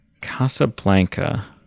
Casablanca